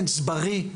נוימן,